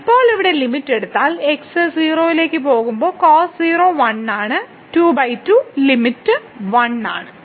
ഇപ്പോൾ ഇവിടെ ലിമിറ്റ് എടുത്താൽ x 0 ആയി പോകുന്നു cos 0 1 ആണ് 22 ലിമിറ്റ് 1 ആണ്